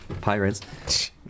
pirates